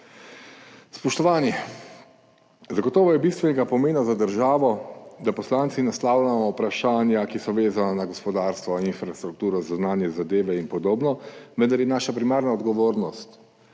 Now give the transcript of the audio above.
Spoštovani! Zagotovo je bistvenega pomena za državo, da poslanci naslavljamo vprašanja, ki so vezana na gospodarstvo, infrastrukturo, zunanje zadeve in podobno, vendar je naša primarna odgovornost